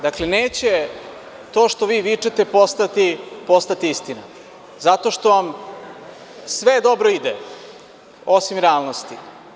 Dakle, neće to što vi vičete postati istina zato što vam sve dobro ide, osim realnosti.